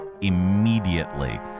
immediately